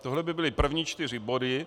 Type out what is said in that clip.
Tohle by byly první čtyři body.